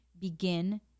begin